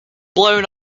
blown